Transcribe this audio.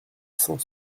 cent